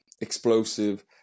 explosive